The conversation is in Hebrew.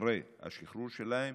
אחרי השחרור שלהם?